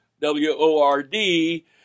W-O-R-D